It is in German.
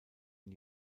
ihn